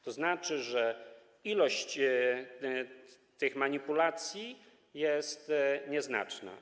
To znaczy, że ilość tych manipulacji jest nieznaczna.